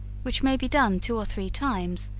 which may be done two or three times,